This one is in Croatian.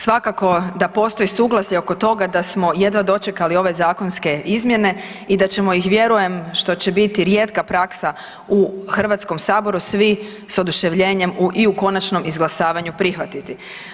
Svakako da postoji suglasje oko toga da smo jedva dočekali ove zakonske izmjene i da ćemo iz vjerujem, što će biti rijetka praksa u HS-u svi s oduševljenjem i u konačnom izglasavanju prihvatiti.